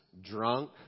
drunk